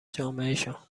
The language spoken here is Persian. جامعهشان